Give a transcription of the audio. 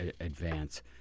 advance